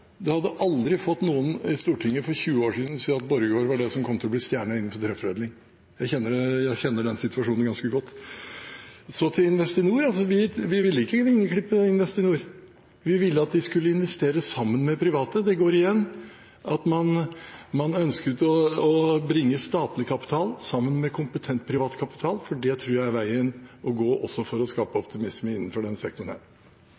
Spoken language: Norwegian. som kom til å bli stjernen innenfor treforedling. Jeg kjenner den situasjonen ganske godt. Så til Investinor. Vi ville ikke vingeklippe Investinor. Vi ville at de skulle investere sammen med private. Det går igjen at man ønsket å bringe statlig kapital sammen med kompetent privat kapital. Det tror jeg er veien å gå for å skape optimisme innenfor denne sektoren. Replikkordskiftet er